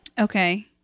Okay